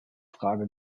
frage